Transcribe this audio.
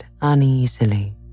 uneasily